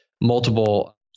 multiple